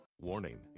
Warning